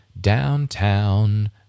downtown